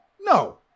No